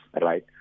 right